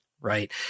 right